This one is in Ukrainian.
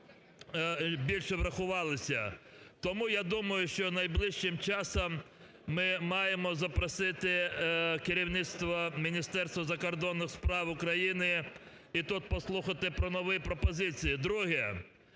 Тому я думаю, що найближчим часом ми маємо запросити керівництво Міністерства закордонних справ України і тут послухати про нові пропозиції. Друге.